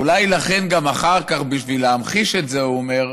ואולי לכן אחר כך, בשביל להמחיש את זה, הוא אומר